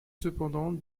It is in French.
cependant